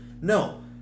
No